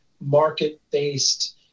market-based